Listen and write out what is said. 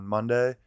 Monday